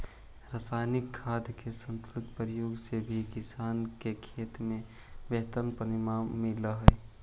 रसायनिक खाद के संतुलित प्रयोग से भी किसान के खेत में बेहतर परिणाम मिलऽ हई